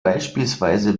beispielsweise